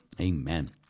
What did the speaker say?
amen